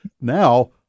Now